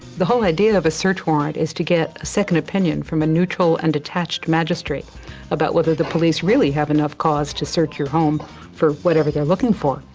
the whole idea of a search warrant is to get a second opinion from a neutral and detached magistrate about whether the police really have enough cause to search your home for whatever they're looking for.